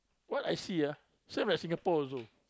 what I see ah same as Singapore also